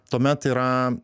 tuomet yra